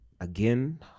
again